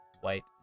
white